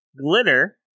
glitter